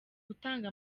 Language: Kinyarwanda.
gutanga